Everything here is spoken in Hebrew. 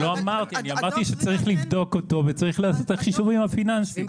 אמרתי רק שצריך לבדוק אותו וצריך לעשות את החישובים הפיננסיים.